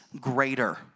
greater